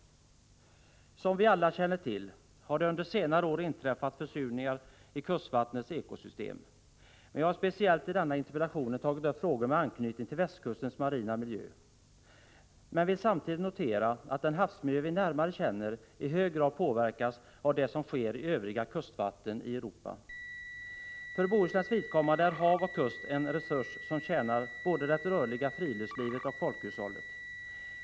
1985/86:66 Som vi alla känner till har det under senare år inträffat försurningar i 28 januari 1986 kustvattnens ekosystem. I denna interpellation har jag speciellt tagit upp frågor med anknytning till västkustens marina miljö. Jag vill dock samtidigt notera att den havsmiljö vi närmast känner i hög grad påverkas av det som sker i övriga kustvatten i Europa. För Bohusläns vidkommande är hav och kust en resurs som tjänar både det rörliga friluftslivet och folkhushållet.